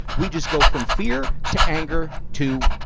we just go from fear to anger to,